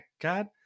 God